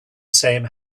same